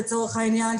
לצורך העניין,